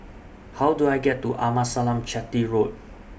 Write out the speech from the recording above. How Do I get to Amasalam Chetty Road